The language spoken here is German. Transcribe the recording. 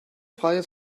freie